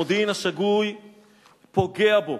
המודיעין השגוי פוגע בו.